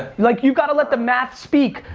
like you gotta let the math speak.